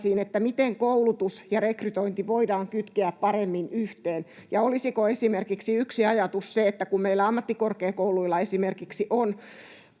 miten koulutus ja rekrytointi voidaan kytkeä paremmin yhteen. Olisiko esimerkiksi yksi ajatus se, että kun meillä ammattikorkeakouluilla esimerkiksi on